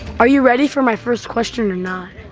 are you ready for my first question or not?